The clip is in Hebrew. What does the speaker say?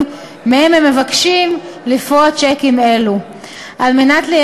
אני מבקשת קצת יותר